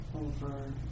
over